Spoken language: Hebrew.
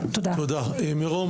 לעבוד.